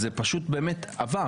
שזה עבר.